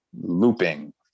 looping